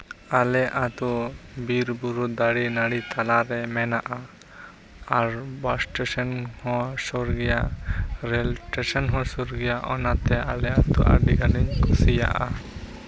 ᱟᱞᱮ ᱟᱛᱳ ᱵᱤᱨᱼᱵᱩᱨᱩ ᱫᱟᱨᱮ ᱱᱟᱹᱲᱤ ᱛᱟᱞᱟᱨᱮ ᱢᱮᱱᱟᱜᱼᱟ ᱟᱨ ᱵᱟᱥ ᱴᱮᱥᱮᱱ ᱦᱚᱸ ᱥᱩᱨ ᱜᱮᱭᱟ ᱨᱮᱹᱞ ᱴᱮᱥᱮᱱ ᱦᱚᱸ ᱥᱩᱨ ᱜᱮᱭᱟ ᱚᱱᱟᱛᱮ ᱟᱞᱮ ᱟᱛᱳ ᱟᱹᱰᱤ ᱜᱟᱱᱤᱧ ᱠᱩᱥᱤᱭᱟᱜᱼᱟ